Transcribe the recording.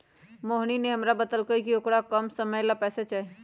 मोहिनी ने हमरा बतल कई कि औकरा कम समय ला पैसे चहि